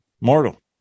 mortal